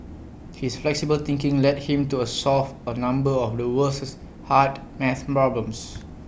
his flexible thinking led him to A solve A number of the world's harder math problems